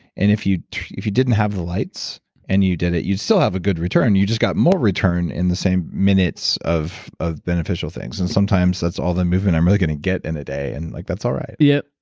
and if you didn't have the lights and you did it, you'd still have a good return. you just got more return in the same minutes of of beneficial things and sometimes that's all the movement i'm really going to get in a day, and like that's all right yep.